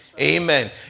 Amen